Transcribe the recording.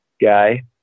guy